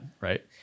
right